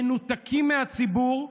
מנותקים מהציבור,